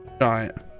giant